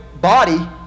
body